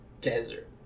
desert